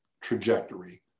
trajectory